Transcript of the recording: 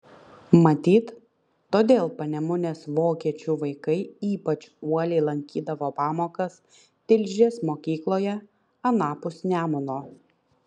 matyt todėl panemunės vokiečių vaikai ypač uoliai lankydavo pamokas tilžės mokykloje anapus nemuno